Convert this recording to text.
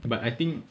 but I think